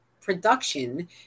production